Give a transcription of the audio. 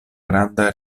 granda